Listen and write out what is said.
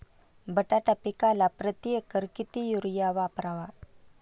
बटाटा पिकाला प्रती एकर किती युरिया वापरावा?